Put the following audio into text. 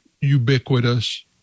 ubiquitous